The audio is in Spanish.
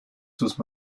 sus